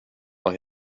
vad